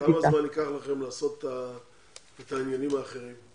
כמה זמן אתם צריכים כדי לעשות את העניינים האחרים?